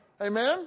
Amen